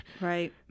Right